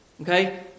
Okay